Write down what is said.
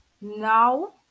now